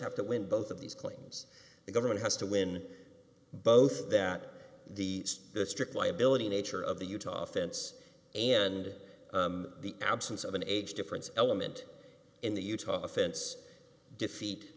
have to win both of these claims the government has to win both that the strict liability nature of the utah offense and the absence of an age difference element in the utah offense defeat